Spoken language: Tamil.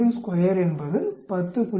32 என்பது 10